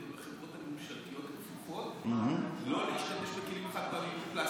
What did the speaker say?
ובחברות הממשלתיות הכפופות לא להשתמש בכלים חד-פעמיים מפלסטיק.